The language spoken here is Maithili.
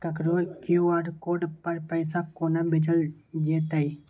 ककरो क्यू.आर कोड पर पैसा कोना भेजल जेतै?